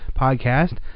podcast